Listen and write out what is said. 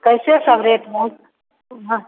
कैसे सब रेट हैं ओ हाँ